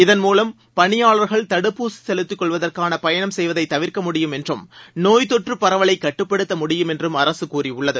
இதன்மூலம் பணியாளர்கள் தடுப்பூசி செலுத்திக் கொள்வதற்காக பயணம் செய்வதை தவிர்க்க முடியும் என்றும் நோய் தொற்று பரவலை கட்டுப்படுத்த முடியும் என்றும் அரசு கூறியுள்ளது